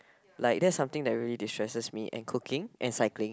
like that's something that really destresses me and cooking and cycling